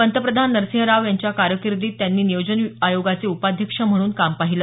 पंतप्रधान नरसिंहराव यांच्या कारकिर्दीत त्यांनी नियोजन आयोगाचे उपाध्यक्ष म्हणून काम पाहिलं